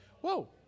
whoa